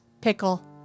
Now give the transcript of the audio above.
pickle